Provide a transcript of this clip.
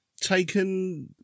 taken